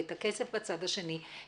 ואת הכסף בצד השני,